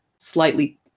slightly